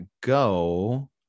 go